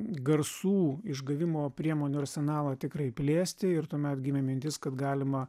garsų išgavimo priemonių arsenalą tikrai plėsti ir tuomet gimė mintis kad galima